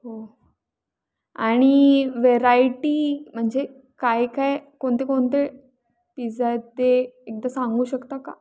हो आणि व्हेरायटी म्हणजे काय काय कोणते कोणते पिझ्झा आहेत ते एकदा सांगू शकता का